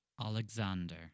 Alexander